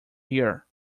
here